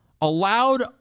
allowed